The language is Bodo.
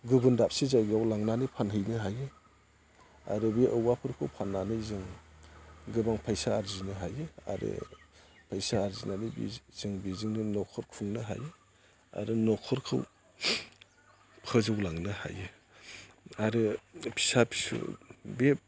गुबुन दाबसे जायगायाव लांनानै फानहैनो हायो आरो बे औवाफोरखौ फाननानै जोङो गोबां फैसा आरजिनो हायो आरो फैसा आरजिनानै जों बिजोंनो न'खर खुंनो हायो आरो न'खरखौ फोजौलांनो हायो आरो फिसा फिसौ बे